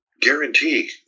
guarantee